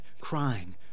crying